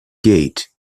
gate